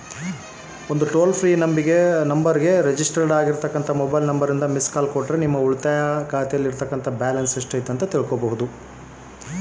ಉಳಿತಾಯ ಖಾತೆಯಲ್ಲಿ ಬ್ಯಾಲೆನ್ಸ್ ಎಷ್ಟೈತಿ ಅಂತ ಹೆಂಗ ತಿಳ್ಕೊಬೇಕು?